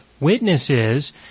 witnesses